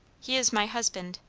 he is my husband.